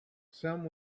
some